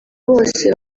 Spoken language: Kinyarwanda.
bose